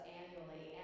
annually